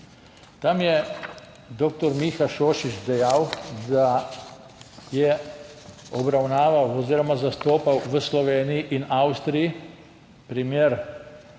tam je dr. Miha Šošić dejal, da je obravnaval oziroma zastopal v Sloveniji in Avstriji en primer